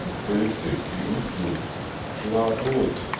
und bölkte wie unklug schlah dot